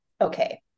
Okay